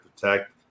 protect